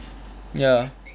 ya